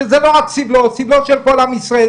שזה לא רק סבלו סבלו של כל עם ישראל,